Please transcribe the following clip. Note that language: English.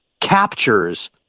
captures